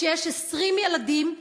כשיש 20 ילדים,